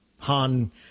Han